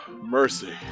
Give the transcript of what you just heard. Mercy